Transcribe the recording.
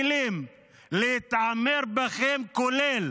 לא לאפשר להם את הכלים להתעמר בכם, כולל